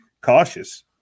cautious